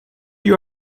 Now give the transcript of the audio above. you